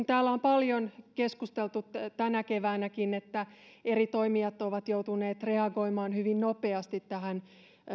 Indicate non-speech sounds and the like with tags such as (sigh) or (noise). (unintelligible) täällä on paljon keskusteltu tänä keväänäkin siitä että eri toimijat ovat joutuneet reagoimaan hyvin nopeasti tähän